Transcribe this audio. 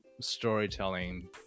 storytelling